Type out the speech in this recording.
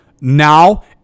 Now